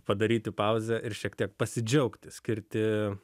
padaryti pauzę ir šiek tiek pasidžiaugti skirti